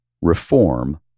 Reform